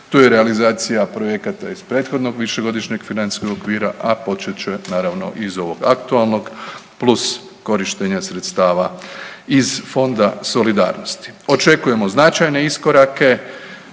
Tu je i realizacija projekata iz prethodnog Višegodišnjeg financijskog okvira, a počet će naravno i iz ovog aktualnog, plus korištenje sredstava iz Fonda solidarnosti. Očekujemo značajne iskorake